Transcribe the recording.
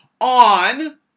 on